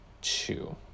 two